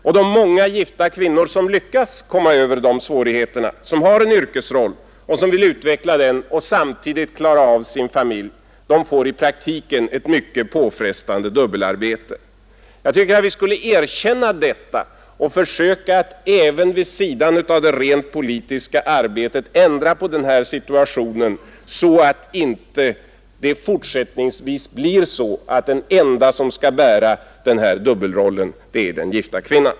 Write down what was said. Och de många kvinnor, som lyckas komma över de svårigheterna, som har en yrkesroll och som vill utveckla den och samtidigt klara av sin familj, får i praktiken ett mycket påfrestande dubbelarbete. Jag tycker att vi skall erkänna detta och försöka att även vid sidan av det rent politiska arbetet ändra på den här situationen så att det inte fortsättningsvis blir så att den enda som skall bära den här dubbelrollen är kvinnan.